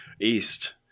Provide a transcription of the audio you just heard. East